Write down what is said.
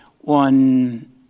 one